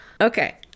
Okay